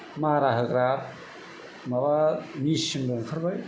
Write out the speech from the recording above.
मारा होग्रा माबा मेचिन बो ओंखारबाय